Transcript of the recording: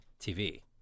TV